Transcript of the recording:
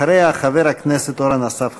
אחריה, חבר הכנסת אורן אסף חזן.